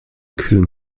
kühlen